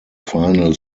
final